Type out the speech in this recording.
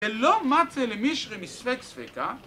אלא מצא למישרי מספק ספקה